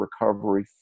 recovery